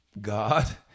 God